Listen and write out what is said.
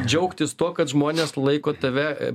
džiaugtis tuo kad žmonės laiko tave